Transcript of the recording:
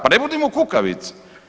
Pa ne budimo kukavice.